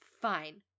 Fine